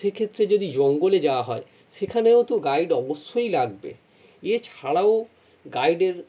সেক্ষেত্রে যদি জঙ্গলে যাওয়া হয় সেখানেও তো গাইড অবশ্যই লাগবে এছাড়াও গাইডের